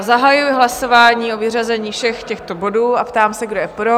Zahajuji hlasování o vyřazení všech těchto bodů a ptám se, kdo je pro?